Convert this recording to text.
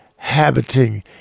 Habiting